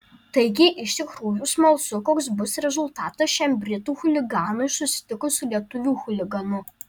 taigi iš tikrųjų smalsu koks bus rezultatas šiam britų chuliganui susitikus su lietuvių chuliganu